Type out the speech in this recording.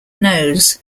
knows